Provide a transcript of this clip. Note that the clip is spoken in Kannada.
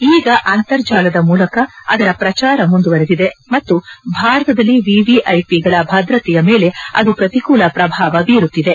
ಈಗ ಅಂತರ್ಜಾಲದ ಮೂಲಕ ಅದರ ಪ್ರಚಾರ ಮುಂದುವರೆದಿದೆ ಮತ್ತು ಭಾರತದಲ್ಲಿ ವಿವಿಐಪಿಗಳ ಭದ್ರತೆಯ ಮೇಲೆ ಅದು ಪ್ರತಿಕೂಲ ಪ್ರಭಾವ ಬೀರುತ್ತಿದೆ